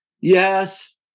Yes